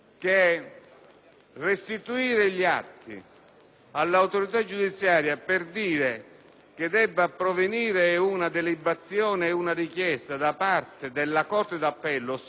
all'autorità giudiziaria per dire che debba provenire una delibazione e una richiesta da parte della corte d'appello, ossia del giudice del fatto, sia qualcosa